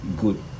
good